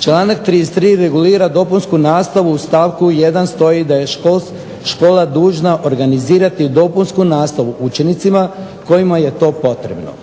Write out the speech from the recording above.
Članak 33. regulira dopunsku nastavu. U stavku 1. stoji da je škola dužna organizirati dopunsku nastavu učenicima kojima je to potrebno.